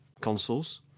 consoles